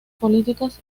políticas